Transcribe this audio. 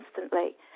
instantly